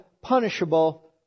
punishable